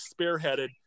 spearheaded